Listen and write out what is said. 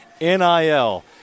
NIL